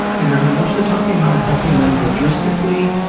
and are you mostly talking about helping them logistically